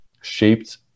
shaped